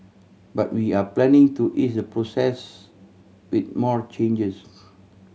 but we are planning to ease the process with more changes